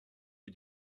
für